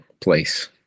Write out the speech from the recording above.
place